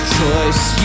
choice